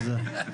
מה זה?